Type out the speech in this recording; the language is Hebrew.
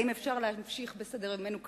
האם אפשר להמשיך בסדר-יומנו כרגיל,